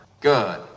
Good